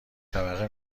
طبقه